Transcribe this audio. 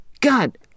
God